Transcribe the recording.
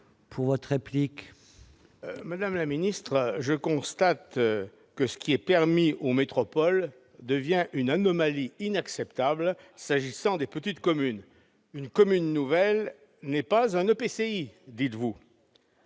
Madame la ministre, je constate que ce qui est permis aux métropoles devient une anomalie inacceptable pour ce qui concerne les petites communes. Une commune nouvelle n'est pas un EPCI, dites-vous,